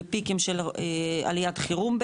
בפיקים של עליית חירום,